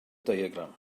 diagram